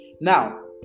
Now